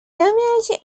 terminology